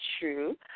true